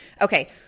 Okay